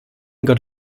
got